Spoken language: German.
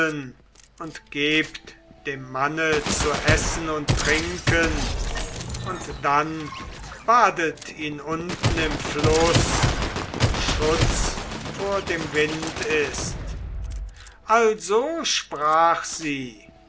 und gebt dem manne zu essen und trinken und dann badet ihn unten im fluß wo schutz vor dem wind ist also sprach sie